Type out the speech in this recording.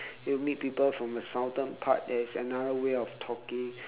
you meet people from the southern part there is another way of talking